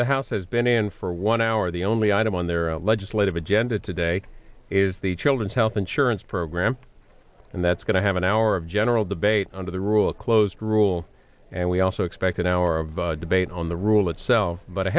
the house has been in for one hour the only item on their legislative agenda today is the children's health surance program and that's going to have an hour of general debate under the rule closed rule and we also expect an hour of debate on the rule itself but